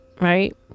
right